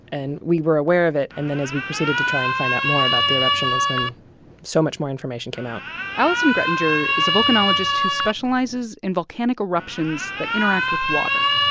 and we were aware of it, and then as we proceeded to try and find out more about the eruption is when so much more information came out alison graettinger is a volcanologist who specializes in volcanic eruptions that interact with water.